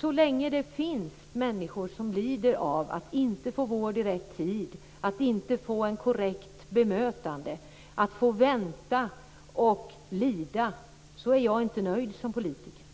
Så länge det finns människor som lider av att inte få vård i rätt tid, av att inte få ett korrekt bemötande och av att få vänta och lida, är jag inte nöjd som politiker.